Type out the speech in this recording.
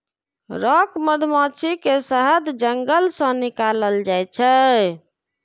rock मधुमाछी के शहद जंगल सं निकालल जाइ छै